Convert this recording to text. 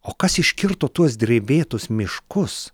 o kas iškirto tuos drevėtus miškus